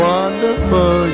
Wonderful